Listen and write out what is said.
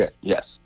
Yes